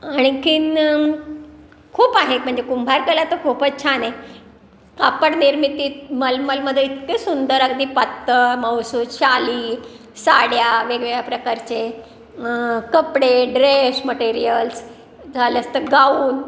आणखी खूप आहेत म्हणजे कुंभारकला तर खूपच छान आहे कापडनिर्मितीत मलमलमध्ये इतके सुंदर अगदी पातळ मऊसूत शाली साड्या वेगवेगळ्या प्रकारचे कपडे ड्रेश मटेरियल्स झालंच तर गाऊन